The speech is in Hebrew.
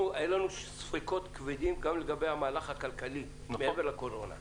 אנחנו היו לנו ספקות כבדים גם לגבי המהלך הכלכלי מעבר לקורונה.